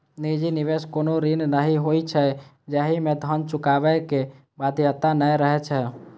निजी निवेश कोनो ऋण नहि होइ छै, जाहि मे धन चुकाबै के बाध्यता नै रहै छै